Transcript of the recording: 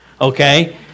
okay